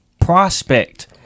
prospect